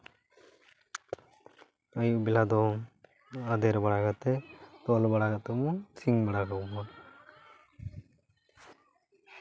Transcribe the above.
ᱟᱭᱩᱵ ᱵᱮᱞᱟ ᱫᱚ ᱟᱫᱮᱨ ᱵᱟᱲᱟ ᱠᱟᱛᱮ ᱛᱚᱞ ᱵᱟᱲᱟ ᱠᱟᱛᱮᱵᱚᱱ ᱥᱤᱧ ᱵᱟᱲᱟ ᱠᱟᱠᱚᱣᱟ